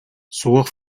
суох